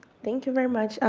thank you very much.